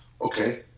Okay